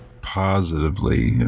positively